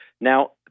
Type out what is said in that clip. Now